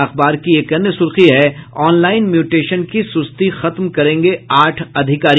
अखबार की एक अन्य सुर्खी है ऑनलाइन म्यूटेशन की सुस्ती खत्म करेंगे आठ अधिकारी